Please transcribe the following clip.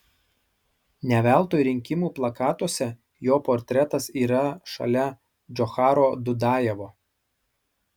ne veltui rinkimų plakatuose jo portretas yra šalia džocharo dudajevo